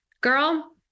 Girl